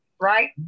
right